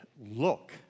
look